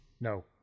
No